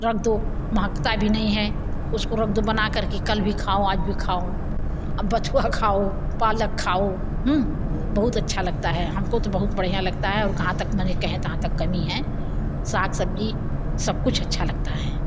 रख तो महकती भी नहीं है उसको रख दो बना कर के कल भी खाओ आज भी खाओ अब बथुआ खाओ पालक खाओ बहुत अच्छा लगता है हमें हम को तो बहुत बढ़िया लगता हैं और कहाँ तक मने कहे कहाँ तक कमी है साग सब्ज़ी सब कुछ अच्छा लगता है